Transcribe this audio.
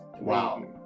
wow